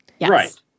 Right